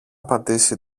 πατήσει